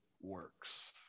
works